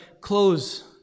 close